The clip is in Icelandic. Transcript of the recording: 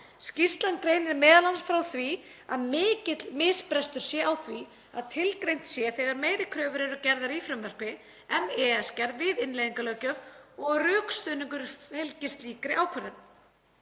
Skýrslan greinir m.a. frá því að mikill misbrestur sé á því að tilgreint sé þegar meiri kröfur eru gerðar í frumvarpi en EES-gerð við innleiðingarlöggjöf og að rökstuðningur fylgi slíkri ákvörðun.